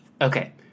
okay